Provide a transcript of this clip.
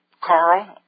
Carl